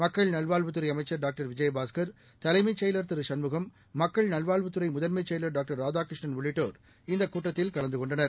மக்கள் நல்வாழ்வுத்துறை அமைச்சா் டாக்டா் விஜயபாஸ்கா் தலைமைச் செயலா் திரு சண்முகம் மக்கள் நல்வாழ்வுத்துறை முதன்மை செயலா் டாக்டர் ராதாகிருஷ்ணன் உள்ளிட்டோர் இந்த கூட்டத்தில் கலந்து கொண்டனர்